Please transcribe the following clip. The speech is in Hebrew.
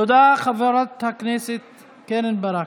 תודה, חברת הכנסת קרן ברק.